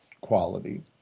quality